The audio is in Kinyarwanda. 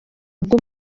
bwo